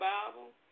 Bible